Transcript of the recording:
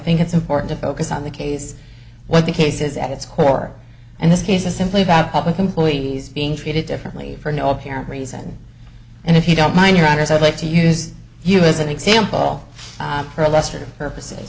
think it's important to focus on the case what the case is at its core and this case is simply about public employees being treated differently for no apparent reason and if you don't mind your honour's i'd like to use you as an example for a lesser purposes